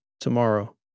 tomorrow